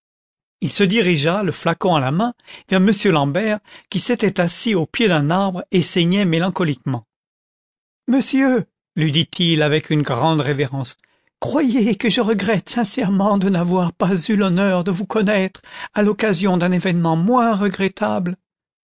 il se dirigea le flacon à la main vers m l'a m bert qui s'était assis au pied d'un arbre et saignait mélancoliquement content from google book search generated at monsieur lui dit-il avec une grande révérence croyez que je regrette sincèrement de n'avoir pas eu l'honneur de vous connaître à l'occasion d'un événement moins regrettable